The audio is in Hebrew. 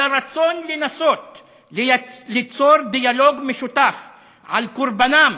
אלא רצון לנסות ליצור דיאלוג משותף על קורבנם